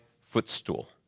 footstool